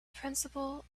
principle